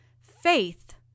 faith